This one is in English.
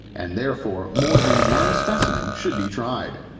and therefore more than one specimen should be tried.